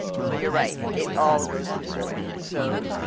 so you're right, it all goes this way. so,